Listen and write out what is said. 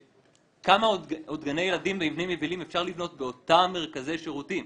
כמה עוד גני ילדים ומבנים יבילים אפשר לבנות באותם מרכזי שירותים?